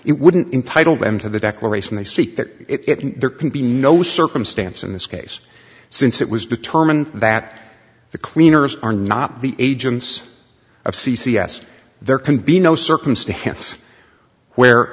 it wouldn't entitle them to the declaration they seek that it there can be no circumstance in this case since it was determined that the cleaners are not the agents of c c s there can be no circumstance where